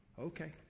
Okay